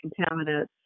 contaminants